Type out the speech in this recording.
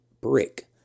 brick